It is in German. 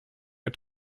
der